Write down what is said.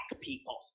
people